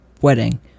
wedding